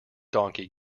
donkey